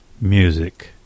Music